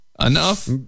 Enough